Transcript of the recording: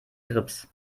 grips